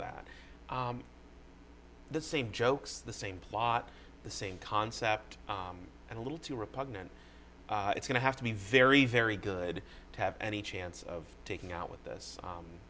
that the same jokes the same plot the same concept and a little too repugnant it's going to have to be very very good to have any chance of taking out with this